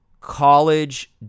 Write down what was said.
college